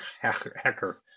Hacker